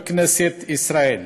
בכנסת ישראל.